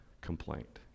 complaint